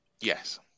yes